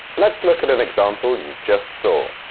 let's look at an example you just saw.